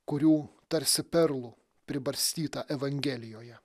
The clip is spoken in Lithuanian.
kurių tarsi perlų pribarstyta evangelijoje